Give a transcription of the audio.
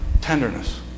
Tenderness